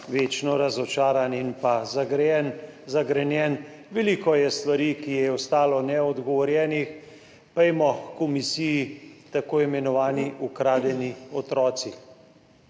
večno razočaran in pa zagrejen, zagrenjen. Veliko je stvari, ki ji je ostalo neodgovorjenih. Pojdimo h komisiji, tako imenovani ukradeni otroci;